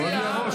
כואב לי הראש,